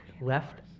left